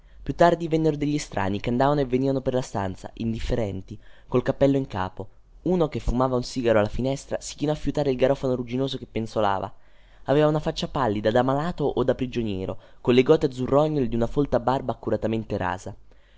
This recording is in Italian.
più tardi vennero degli estranei che andavano e venivano per la stanza indifferenti col cappello in capo uno che fumava un sigaro alla finestra si chinò a fiutare il garofano rugginoso che penzolava aveva una faccia pallida da malato o da prigioniero colle gote azzurrognole di una folta barba accuratamente rasa